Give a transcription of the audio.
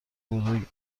بزرگ